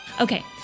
Okay